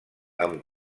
amb